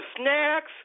snacks